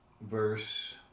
verse